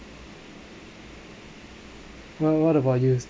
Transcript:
well what about you